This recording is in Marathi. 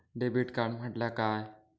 डेबिट कार्ड म्हटल्या काय?